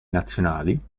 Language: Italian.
nazionali